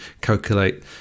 calculate